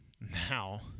now